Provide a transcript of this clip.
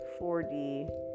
4D